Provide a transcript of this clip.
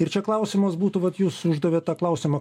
ir čia klausimas būtų vat jūs uždavėt tą klausimą